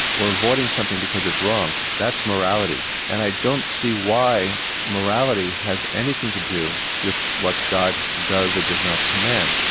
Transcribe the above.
or avoiding something because it's wrong, that's morality. and i don't see why morality has anything to do with what god does or does not command.